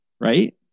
Right